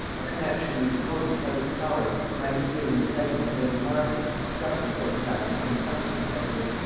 a connexion with the potent house of howard might have given the title of lady margaret a preference over that of any other competitor.